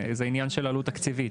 זה עניין של עלות תקציבית.